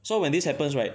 so when this happens right